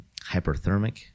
hyperthermic